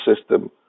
system